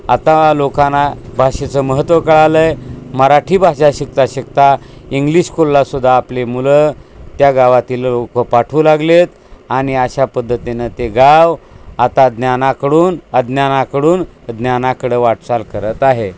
आता लोकांना भाषेचं महत्त्व कळालं आहे मराठी भाषा शिकता शिकता इंग्लिश स्कुल्लासुद्धा आपले मुलं त्या गावातील लोकं पाठवू लागले आहेत आणि अशा पद्धतीनं ते गाव आता ज्ञानाकडून अज्ञानाकडून ज्ञानाकडं वाटचाल करत आहे